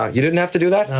you didn't have to do that?